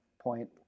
point